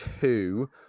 two